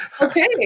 Okay